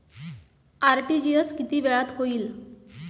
RTGS किती वेळात होईल?